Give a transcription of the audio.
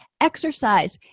Exercise